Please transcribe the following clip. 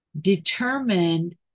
determined